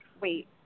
wait